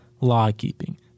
law-keeping